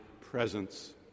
presence